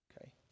okay